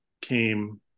came